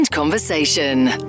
conversation